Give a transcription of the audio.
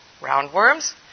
roundworms